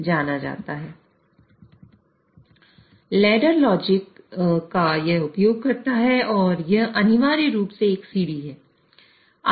यह ladder logic का उपयोग करता है और यह अनिवार्य रूप से एक सीढ़ी है